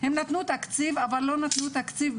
הם נתנו תקציב, אבל לא נתנו תקציב.